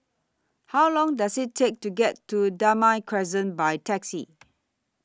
How Long Does IT Take to get to Damai Crescent By Taxi